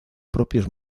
propios